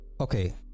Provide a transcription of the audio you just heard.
okay